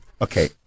Okay